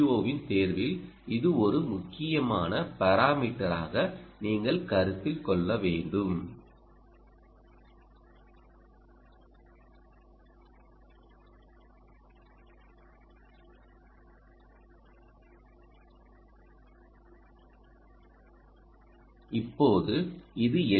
ஓவின் தேர்வில் இது ஒரு முக்கியமான பாராமீட்டராக நீங்கள் கருத்தில் கொள்ள வேண்டும் இப்போது இது எல்